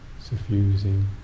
Suffusing